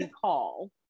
call